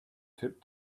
tip